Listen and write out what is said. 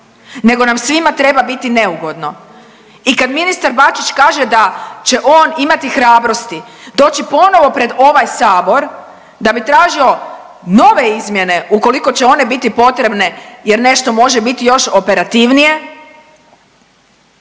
nego nam svima treba biti neugodno. I kad ministar Bačić kaže da će on imati hrabrosti doći ponovo pred ovaj Sabor da bi tražio nove izmjene ukoliko će one biti potrebne jer nešto može biti još operativnije